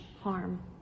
harm